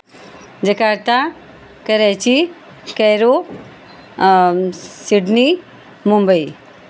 Jakarta Karachi Cairo Sydney Mumbai